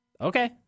Okay